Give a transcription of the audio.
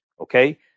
Okay